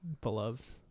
Beloved